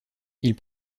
ils